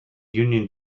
union